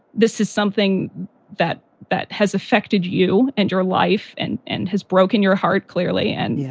this is something that that has affected you and your life and and has broken your heart clearly. and yeah